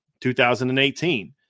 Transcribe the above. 2018